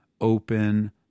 open